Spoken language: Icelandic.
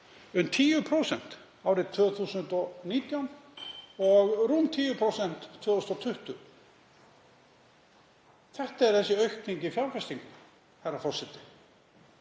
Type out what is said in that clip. um 10% árið 2019 og um rúm 10% 2020. Þetta er þessi aukning í fjárfestingum. Herra forseti.